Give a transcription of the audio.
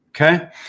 Okay